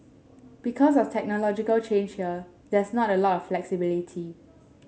because of technological change here there's not a lot of flexibility